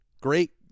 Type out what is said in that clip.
great